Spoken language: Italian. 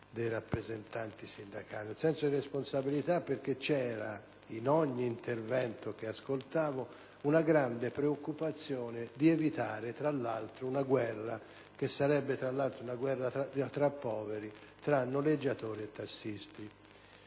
dei rappresentanti dei sindacati, perché c'era in ogni intervento che ascoltavo una grande preoccupazione di evitare una guerra che sarebbe, tra l'altro, una guerra tra poveri, tra noleggiatori e tassisti.